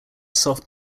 soft